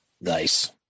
Nice